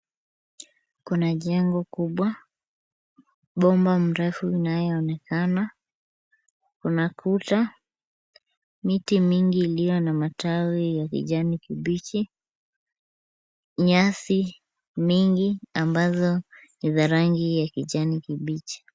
Kuna jengo kubwa, boma mrefu inayoonekana, kuna kuta, miti mingi iliyo na matawi ya kijani kibichi, nyasi mingi ambazo ni za rangi ya kijani kibichi.